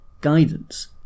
guidance